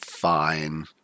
Fine